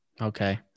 Okay